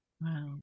Wow